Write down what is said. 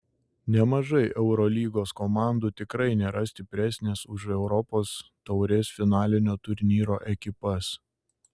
nemažai eurolygos komandų tikrai nėra stipresnės už europos taurės finalinio turnyro ekipas